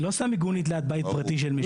אני לא שם מיגונית ליד בית פרטי של מישהו.